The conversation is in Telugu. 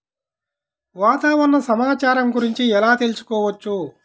వాతావరణ సమాచారం గురించి ఎలా తెలుసుకోవచ్చు?